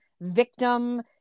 victim